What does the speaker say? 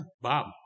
Bob